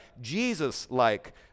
Jesus-like